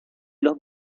los